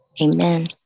Amen